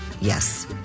Yes